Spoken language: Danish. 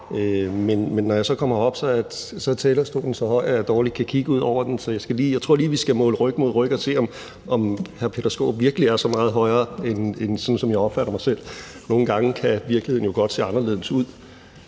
men når jeg så kommer herop, er talerstolen så høj, at jeg dårligt kan kigge ud over den, så jeg tror lige, at vi skal måle os ryg mod ryg og se, om hr. Peter Skaarup virkelig er så meget højere, end jeg opfatter det. Nogle gange kan virkeligheden jo godt se anderledes ud